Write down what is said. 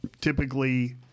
Typically